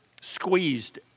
squeezed